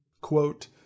Quote